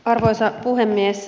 arvoisa puhemies